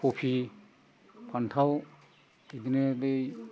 खबि फान्थाव बिदिनो बै